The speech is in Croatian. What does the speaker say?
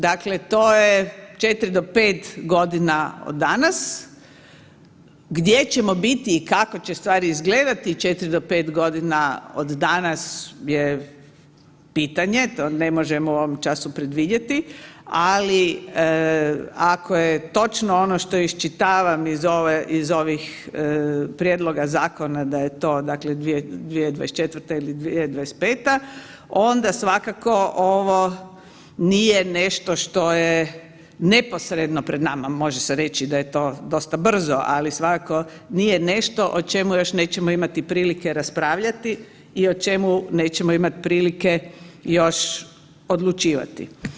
Dakle, to je 4 do 5 godina od danas, gdje ćemo biti i kako će stvari izgledati 4 do 5 godina od danas je pitanje, to ne možemo u ovom času predvidjeti, ali ako je točno ono što iščitavam iz ovih prijedloga zakona da je to 2024.ili 2025.onda svakako ovo nije nešto što je neposredno pred nama, može se reći da je to dosta brzo, ali svakako nije nešto o čemu još nećemo imati prilike raspravljati i o čemu nećemo imati prilike još odlučivati.